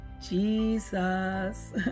Jesus